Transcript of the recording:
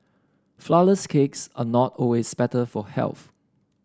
flourless cakes are not always better for health